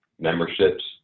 memberships